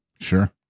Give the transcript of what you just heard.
Sure